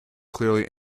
clearly